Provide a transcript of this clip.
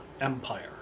empire